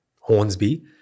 Hornsby